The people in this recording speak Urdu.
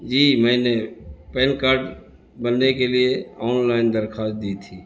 جی میں نے پین کارڈ بنانے کے لیے آن لائن درخواست دی تھی